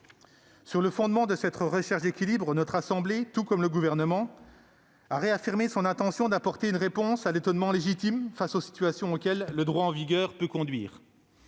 Sur le fondement de cette recherche d'équilibre, notre assemblée, tout comme le Gouvernement, a réaffirmé son intention d'apporter une réponse à l'étonnement légitime face aux situations auxquelles le droit en vigueur peut conduire.